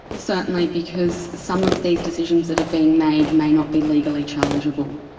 certainly, because some of these decisions that are being made may not be legally challengeable.